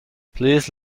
please